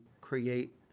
create